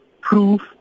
proof